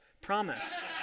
Promise